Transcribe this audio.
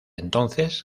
entonces